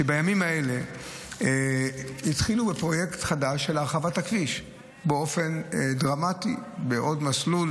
בימים האלה התחילו בפרויקט חדש של הרחבת הכביש באופן דרמטי בעוד מסלול,